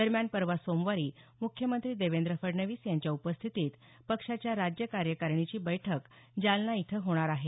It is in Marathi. दरम्यान परवा सोमवारी मुख्यमंत्री देवेंद्र फडणवीस यांच्या उपस्थितीत पक्षाच्या राज्य कार्यकारिणीची बैठक जालना इथं होणार आहे